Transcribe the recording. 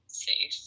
safe